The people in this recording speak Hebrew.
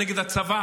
זה נגד הצבא,